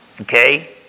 Okay